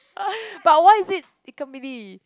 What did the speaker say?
ah but why is it Ikan-Bilis